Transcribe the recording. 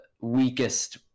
weakest